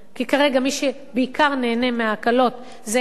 כי כרגע מי שבעיקר נהנה מההקלות זה אלה